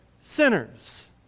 sinners